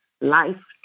Life